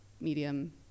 medium